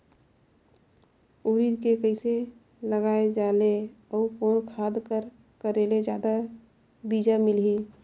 उरीद के कइसे लगाय जाले अउ कोन खाद कर करेले जादा बीजा मिलही?